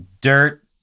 Dirt